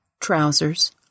trousers